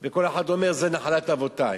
וכל אחד אומר: זאת נחלת אבותי.